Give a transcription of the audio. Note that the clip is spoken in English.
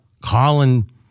Colin